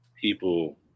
people